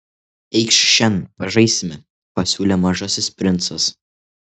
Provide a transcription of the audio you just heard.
eikš šen pažaisime pasiūlė mažasis princas